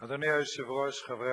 אדוני היושב-ראש, חברי הכנסת,